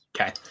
Okay